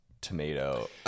tomato